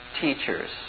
teachers